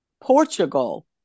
Portugal